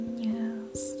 news